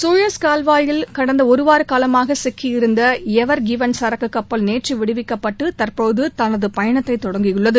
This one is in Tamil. சூயஸ் கால்வாயில் கடந்த ஒரு வாரக்காலமாக சிக்கியிருந்த எவர் கிவன் சரக்கு கப்பல் நேற்று விடுவிக்கப்பட்டு தற்போது தனது பயணத்தை தொடங்கியுள்ளது